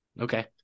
Okay